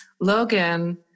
Logan